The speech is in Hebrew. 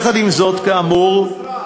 יחד עם זאת, כאמור, אותה משרה.